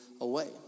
away